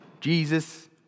Jesus